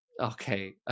Okay